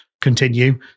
continue